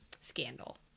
Scandal